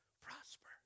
prosper